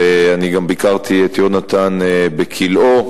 ואני גם ביקרתי את יונתן בכלאו,